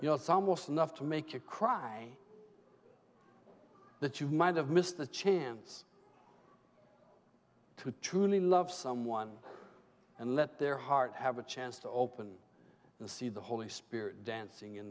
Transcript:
you know some was enough to make you cry that you might have missed the chance to truly love someone and let their heart have a chance to open the see the holy spirit dancing in